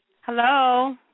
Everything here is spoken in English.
Hello